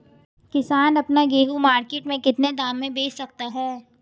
किसान अपना गेहूँ मार्केट में कितने दाम में बेच सकता है?